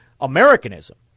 Americanism